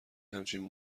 همچین